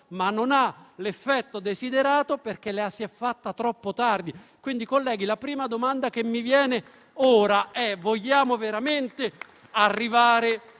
ma non ha l'effetto desiderato, perché la si è fatta troppo tardi. Quindi, colleghi, la prima domanda che mi viene ora è: vogliamo veramente arrivare